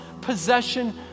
possession